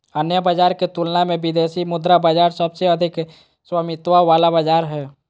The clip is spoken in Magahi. अन्य बाजार के तुलना मे विदेशी मुद्रा बाजार सबसे अधिक स्थायित्व वाला बाजार हय